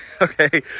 Okay